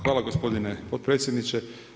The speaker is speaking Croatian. Hvala gospodine potpredsjedniče.